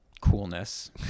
coolness